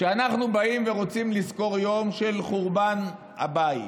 כשאנחנו באים ורוצים לזכור יום של חורבן הבית,